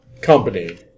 company